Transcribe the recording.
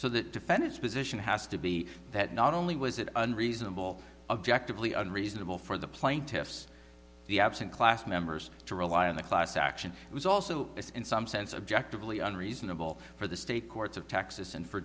so that defend his position has to be that not only was it unreasonable objectively unreasonable for the plaintiffs the absent class members to rely on the class action it was also in some sense objectively unreasonable for the state courts of texas and for